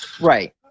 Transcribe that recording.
Right